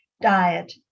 diet